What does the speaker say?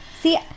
See